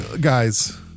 guys